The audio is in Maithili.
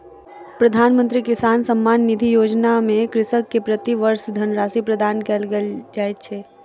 प्रधानमंत्री किसान सम्मान निधि योजना में कृषक के प्रति वर्ष धनराशि प्रदान कयल जाइत अछि